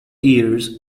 years